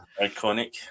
Iconic